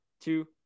two